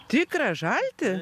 tikrą žaltį